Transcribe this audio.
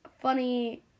funny